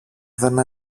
δεν